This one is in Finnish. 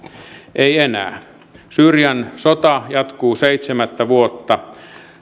ei enää syyrian sota jatkuu seitsemättä vuotta